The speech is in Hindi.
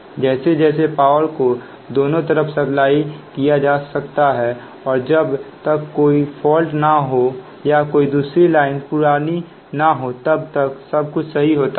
जैसे जैसे पावर को दोनों तरफ सप्लाई किया जा सकता है और जब तक कोई फॉल्ट ना हो या कोई लाइन पुरानी ना हो तब तक सब कुछ सही होता है